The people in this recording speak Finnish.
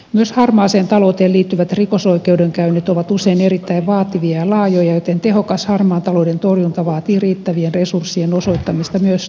myös harmaaseen talouteen liittyvät rikosoikeudenkäynnit ovat usein erittäin vaativia ja laajoja joten tehokas harmaan talouden torjunta vaatii riittävien resurssien osoittamista myös tuomioistuimille